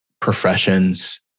professions